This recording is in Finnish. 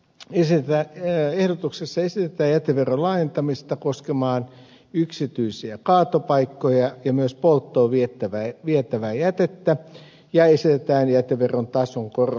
tässä ehdotuksessa esitetään jäteveron laajentamista koskemaan yksityisiä kaatopaikkoja ja myös polttoon vietävää jätettä ja esitetään jäteveron tason korottamista